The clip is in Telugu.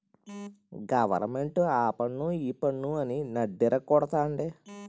గవరమెంటు ఆపన్ను ఈపన్ను అని నడ్డిరగ గొడతంది